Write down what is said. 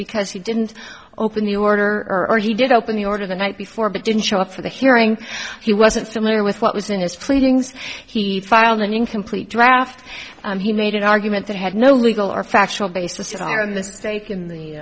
because he didn't open the order or he did open the order the night before but didn't show up for the hearing he wasn't familiar with what was in his pleadings he filed an incomplete draft he made an argument that had no legal or factual basis on the stake in the